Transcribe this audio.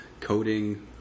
coding